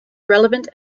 relevant